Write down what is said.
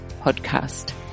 podcast